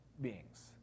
beings